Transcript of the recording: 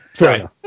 Right